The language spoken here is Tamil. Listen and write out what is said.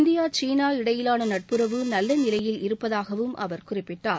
இந்தியா சீனா இடையிலான நட்புறவு நல்ல நிலையில் இருப்பதாகவும் அவர் குறிப்பிட்டார்